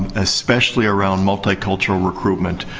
especially around multicultural recruitment.